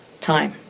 time